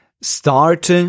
start